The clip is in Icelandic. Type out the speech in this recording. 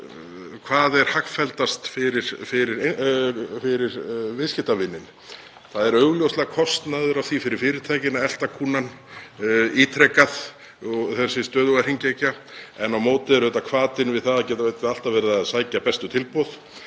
hvað er hagfelldast fyrir viðskiptavininn. Það er augljóslega kostnaður af því fyrir fyrirtækin að elta kúnnann ítrekað, þessi stöðuga hringekja. En á móti er auðvitað hvatinn við það að geta alltaf verið að sækja bestu tilboð.